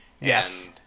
Yes